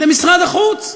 למשרד החוץ.